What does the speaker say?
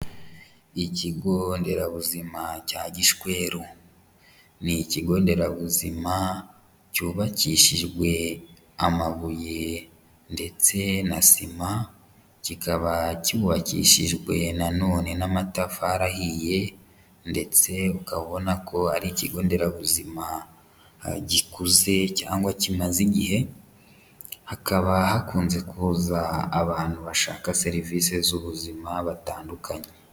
Ikigo nderabuzima cya Gishwero. ii ikigo nderabuzima cyubakishijwe amabuye ndetse na sima, kikaba cyubakishijwe na none n'amatafari ahiye, ndetse ukabona ko ari ikigo nderabuzima gikuze cyangwa kimaze igihe, hakaba hakunze kuza abantu bashaka serivisi z'ubuzima batandukanye.